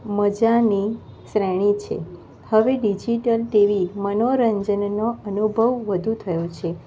મજાની શ્રેણી છે હવે ડિજિટલ ટીવી મનોરંજનનો અનુભવ વધુ થયો છે